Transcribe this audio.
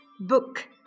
book